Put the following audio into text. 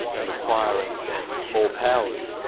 and acquiring more powers,